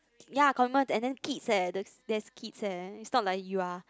yea convent and then kids leh the there's kids leh it's not like you are